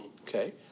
Okay